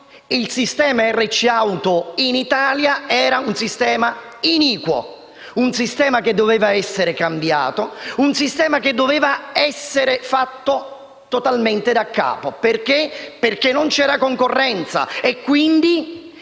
il sistema RC auto in Italia: un sistema che doveva essere cambiato, un sistema che doveva essere rifatto totalmente da capo, perché non c'era concorrenza e quindi,